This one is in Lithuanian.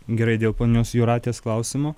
gerai dėl ponios jūratės klausimo